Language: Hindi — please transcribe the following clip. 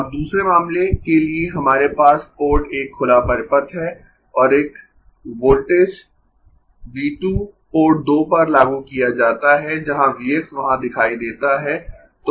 अब दूसरे मामले के लिए हमारे पास पोर्ट 1 खुला परिपथ है और एक वोल्टेज V 2 पोर्ट 2 पर लागू किया जाता है जहां V x वहां दिखाई देता है